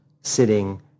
sitting